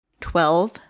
Twelve